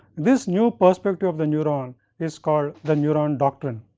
this new perspective of the neuron is called the neuron doctrine.